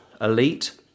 elite